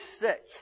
sick